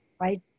Right